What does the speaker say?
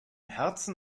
herzen